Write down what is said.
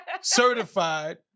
certified